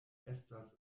estas